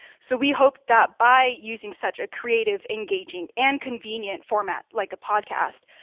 so we hope that by using such a creative, engaging and convenient format like a podcast,